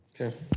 Okay